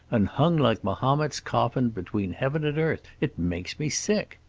and hung like mahomet's coffin between heaven and earth. it makes me sick.